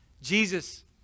Jesus